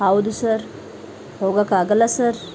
ಹೌದು ಸರ್ ಹೋಗೋಕ್ಕಾಗಲ್ಲ ಸರ್